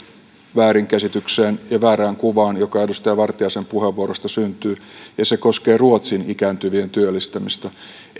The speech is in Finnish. väärinkäsitykseen ja väärään kuvaan joka edustaja vartiaisen puheenvuorosta syntyy ja se koskee ruotsin ikääntyvien työllistämistä ei